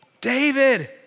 David